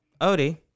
Odie